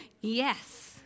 Yes